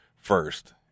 first